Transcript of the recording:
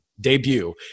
debut